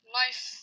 life